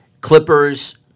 Clippers